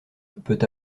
peut